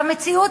והמציאות,